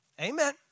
Amen